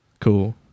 Cool